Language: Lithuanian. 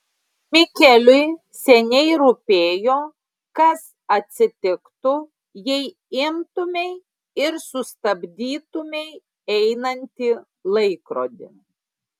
mikeliui seniai rūpėjo kas atsitiktų jei imtumei ir sustabdytumei einantį laikrodį